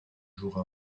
jours